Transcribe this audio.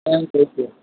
pan കയറ്റിയോ